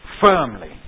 firmly